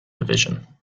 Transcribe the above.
division